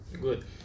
good